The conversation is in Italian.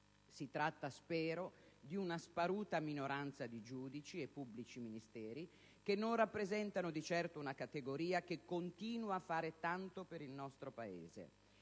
Si tratta - spero - di una sparuta minoranza di giudici e di pubblici ministeri che non rappresentano di certo una categoria che continua a fare tanto per il nostro Paese.